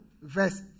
verse